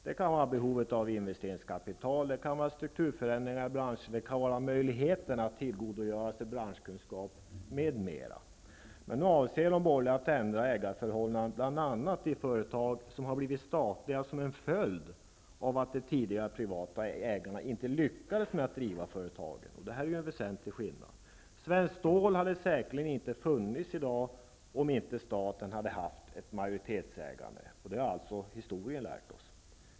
Det kan finnas behov av investeringskapital, strukturförändringar i branschen och finnas möjlighet att tillgodogöra sig branschkunskap m.m. Men nu avser de borgerliga att ändra ägarförhållandena i bl.a. företag som har blivit statliga till följd av att de tidigare privata ägarna inte lyckades med att driva företagen. Det är en väsentlig skillnad. Svenskt Stål hade säkerligen inte funnits i dag om inte staten haft ett majoritetsägande. Det har historien lärt oss.